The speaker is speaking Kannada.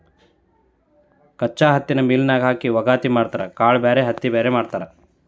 ಕಚ್ಚಾ ಹತ್ತಿನ ಮಿಲ್ ನ್ಯಾಗ ಹಾಕಿ ವಗಾತಿ ಮಾಡತಾರ ಕಾಳ ಬ್ಯಾರೆ ಹತ್ತಿ ಬ್ಯಾರೆ ಮಾಡ್ತಾರ